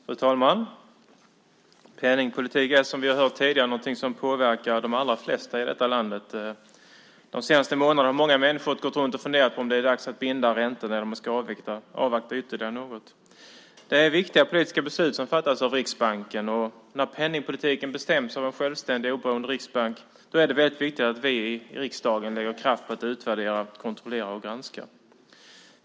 Fru talman! Penningpolitiken är, som vi har hört tidigare, någonting som påverkar de allra flesta i det här landet. De senaste månaderna har många människor funderat på om det är dags att binda räntorna eller om man ska avvakta ytterligare något. Det är viktiga politiska beslut som fattas av Riksbanken. När penningpolitiken bestäms av en självständig, oberoende riksbank är det väldigt viktigt att vi i riksdagen lägger kraft på att utvärdera, kontrollera och granska.